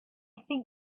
think